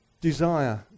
desire